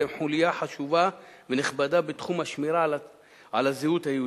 והם חוליה חשובה ונכבדה בתחום השמירה על הזהות היהודית.